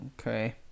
Okay